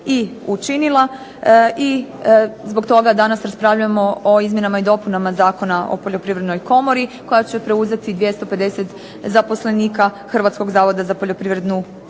i učinila. I zbog toga danas raspravljamo o izmjenama i dopunama Zakona o poljoprivrednoj komori koja će preuzeti 250 zaposlenika Hrvatskog zavoda za poljoprivrednu